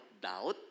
doubt